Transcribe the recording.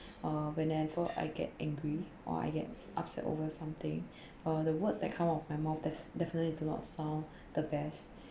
uh whenever I get angry or I get upset over something uh the words that come out of my mouth that definitely do not sound the best